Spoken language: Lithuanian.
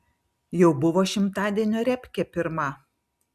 jau buvo šimtadienio repkė pirma